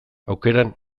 aukeran